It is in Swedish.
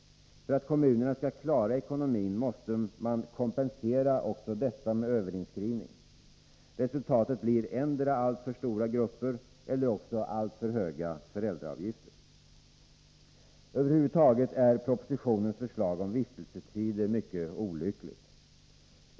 För att kommunerna skall klara ekonomin måste man kompensera också detta med överinskrivning. Resultatet blir endera alltför stora grupper eller också alltför höga föräldraavgifter. Över huvud taget är propositionens förslag om vistelsetider mycket olyckligt.